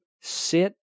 sit